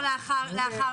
לאחר